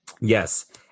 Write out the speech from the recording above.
Yes